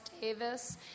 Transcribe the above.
Davis